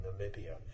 Namibia